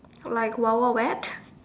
like wild wild wet